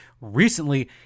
recently